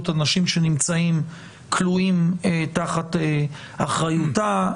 אנשים שנמצאים כלואים תחת אחריותה.